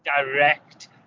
direct